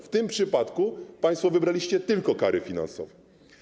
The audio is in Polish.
W tym przypadku państwo wybraliście tylko kary finansowe.